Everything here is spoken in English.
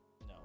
No